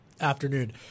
afternoon